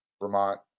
Vermont